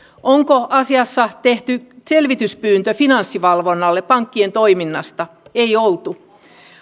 tehty asiassa tehty selvityspyyntö finanssivalvonnalle pankkien toiminnasta ei ollut